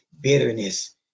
bitterness